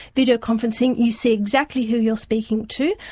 video-conferencing, you see exactly who you're speaking to,